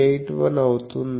81 అవుతుంది